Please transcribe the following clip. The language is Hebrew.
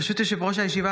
ברשות יושב-ראש הישיבה,